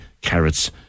carrots